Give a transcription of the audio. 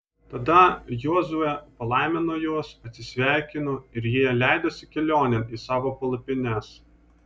tada jozuė palaimino juos atsisveikino ir jie leidosi kelionėn į savo palapines